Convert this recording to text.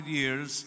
years